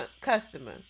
customer